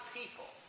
people